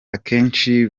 akenshi